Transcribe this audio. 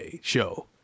show